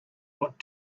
what